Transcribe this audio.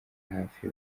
hafi